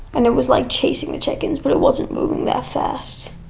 and it was like chasing the chickens, but it wasn't moving that fast.